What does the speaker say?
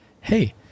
hey